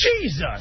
Jesus